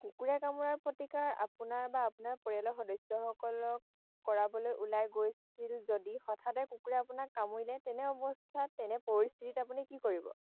কুকুৰে কামোৰাৰ প্ৰতিকাৰ আপোনাৰ বা আপোনাৰ পৰিয়ালৰ সদস্যসকলক কৰবালৈ ওলাই গৈছিল যদি হঠাতে কুকুৰে আপোনাক কামুৰিলে তেনে অৱস্থাত তেনে পৰিস্থিতিত আপুনি কি কৰিব